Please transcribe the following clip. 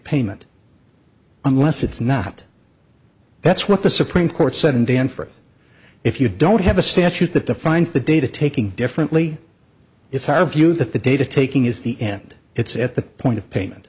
payment unless it's not that's what the supreme court said in the end for if you don't have a statute that defines the data taking differently it's our view that the data taking is the end it's at the point of payment